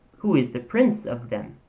who is the prince of them.